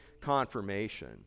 confirmation